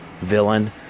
villain